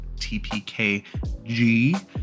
tpkg